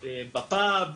בפאב,